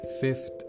Fifth